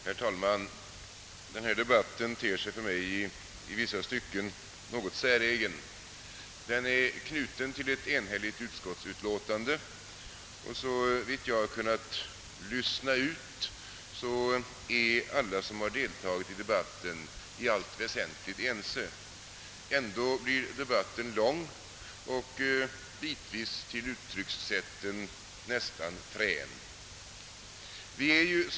Herr talman! Denna debatt ter sig för mig i vissa stycken något säregen. Den är knuten till ett enhälligt utskottsutlåtande, och såvitt jag har kunnat lyssna ut är alla som har deltagit i debatten i allt väsentligt ense. Ändå blir debatten lång och uttryckssätten bitvis nästan fräna.